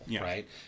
right